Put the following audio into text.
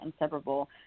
inseparable